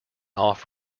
off